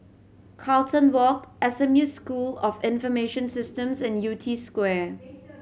Carlton Walk S M U School of Information Systems and Yew Tee Square